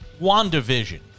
WandaVision